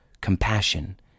compassion